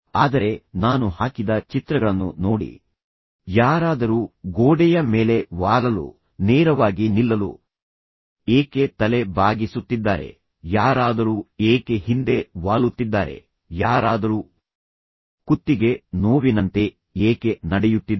ಆದರೆ ನಾನು ಹಾಕಿದ ಚಿತ್ರಗಳನ್ನು ನೋಡಿ ಯಾರಾದರೂ ಗೋಡೆಯ ಮೇಲೆ ವಾಲಲು ನೇರವಾಗಿ ನಿಲ್ಲಲು ಏಕೆ ತಲೆ ಬಾಗಿಸುತ್ತಿದ್ದಾರೆ ಯಾರಾದರೂ ಏಕೆ ಹಿಂದೆ ವಾಲುತ್ತಿದ್ದಾರೆ ಯಾರಾದರೂ ಕುತ್ತಿಗೆ ನೋವಿನಂತೆ ಏಕೆ ನಡೆಯುತ್ತಿದ್ದಾರೆ